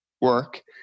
work